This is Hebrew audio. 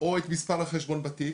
או את מספר החשבון בתיק,